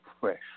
fresh